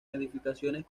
edificaciones